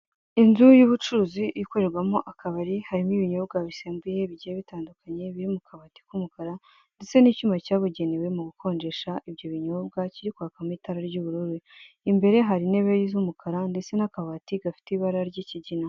Inzu y'ubucuruzi ikorerwamo akabari, harimo ibinyobwa bisembuye bigiye bitandukanye biri mu kabati k'umukara ndetse n'icyuma cyabugenewe mu gukonjesha ibyo binyobwa kirikwakamo itara ry'ubururu, imbere hari intebe z'umukara ndetse n'akabati gafite ibara ry'ikiginaga.